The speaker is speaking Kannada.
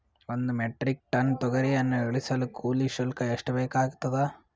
ಒಂದು ಮೆಟ್ರಿಕ್ ಟನ್ ತೊಗರಿಯನ್ನು ಇಳಿಸಲು ಕೂಲಿ ಶುಲ್ಕ ಎಷ್ಟು ಬೇಕಾಗತದಾ?